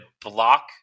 block